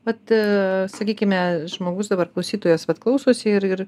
vat ee sakykime žmogus dabar klausytojas vat klausosi ir ir